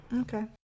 okay